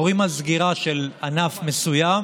מורים על סגירה של ענף מסוים,